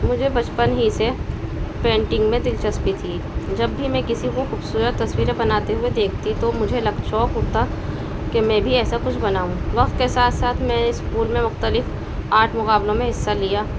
مجھے بچپن ہی سے پینٹنگ میں دلچسپی تھی جب بھی میں کسی کو خوبصورت تصویریں بناتے ہوئے دیکھتی تو مجھے شوق اٹھتا کہ میں بھی ایسا کچھ بناؤں وقت کے ساتھ ساتھ میں اسکول میں مختلف آرٹ مقابلوں میں حصہ لیا